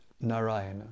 Narayana